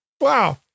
Wow